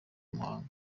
muhanga